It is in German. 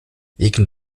wegen